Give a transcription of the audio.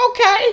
okay